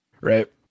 Right